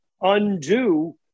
undo